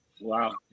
Wow